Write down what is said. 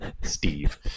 Steve